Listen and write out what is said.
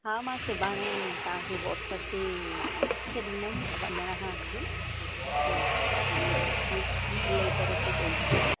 हा मां सुभाणे तव्हांखे वॉटसप ते लिखी छ्ॾींदमि वञण खां अॻ बि पोइ ल लैटर हुते ॾेई वेंदमि